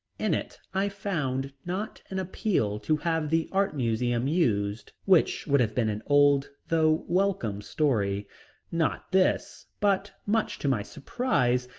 in it i found, not an appeal to have the art museum used which would have been an old though welcome story not this, but much to my surprise,